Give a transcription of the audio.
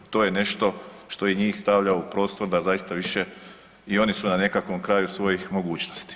To je nešto što i njih stavlja u prostor da zaista više i oni su na nekakvom kraju svojih mogućnosti.